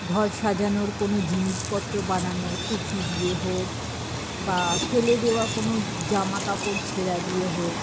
ঘর সাজানোর কোনো জিনিসপত্র বানানো পুঁথি দিয়ে হোক বা ফেলে দেওয়া কোনো জামাকাপড় ছেঁড়া দিয়ে হোক